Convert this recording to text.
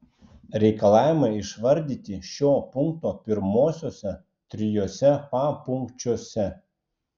reikalavimai išvardyti šio punkto pirmuosiuose trijuose papunkčiuose